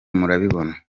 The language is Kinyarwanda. murabibona